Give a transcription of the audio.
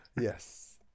yes